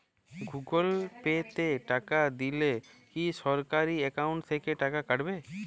Google Pay তে টাকা দিলে কি সরাসরি অ্যাকাউন্ট থেকে টাকা কাটাবে?